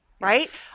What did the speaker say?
Right